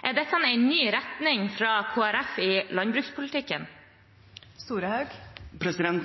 dette en ny retning fra Kristelig Folkeparti i landbrukspolitikken?